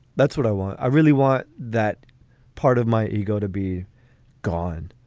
that's what i want. i really want that part of my ego to be gone,